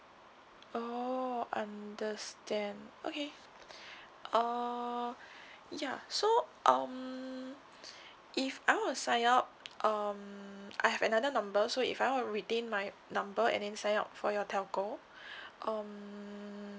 oh understand okay err ya so um if I want to sign up um I have another number so if I want to retain my number and then sign up for your telco um